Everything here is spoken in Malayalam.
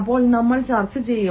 അപ്പോൾ നമ്മൾ ചർച്ച ചെയ്യും